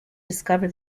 discover